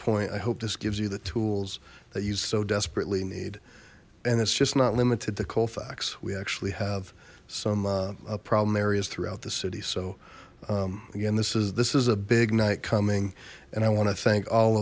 point i hope this gives you the tools that you so desperately need and it's just not limited to colfax we actually have some problem areas throughout the city so again this is this is a big night coming and i want to thank all